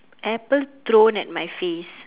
apple thrown at my face